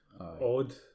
odd